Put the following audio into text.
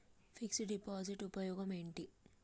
Fix డ్ deposit ఉపయోగం ఏంటి?